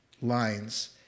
lines